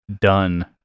done